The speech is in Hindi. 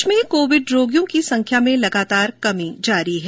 देश में कोविड रोगियों की संख्या में लगातार कमी जारी है